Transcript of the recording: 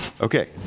Okay